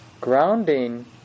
grounding